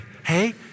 hey